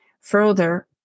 further